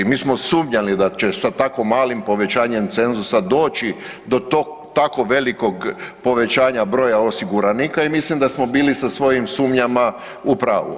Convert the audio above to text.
Mi smo sumnjali da će sa tako malim povećanjem cenzusa doći do tako velikog povećanja broja osiguranika i mislim da smo bili sa svojim sumnjama u pravu.